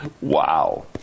Wow